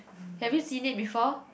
have you seen it before